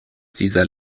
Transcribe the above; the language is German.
dieser